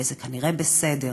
וזה כנראה בסדר.